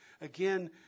Again